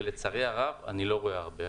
ולצערי הרב אני לא רואה הרבה.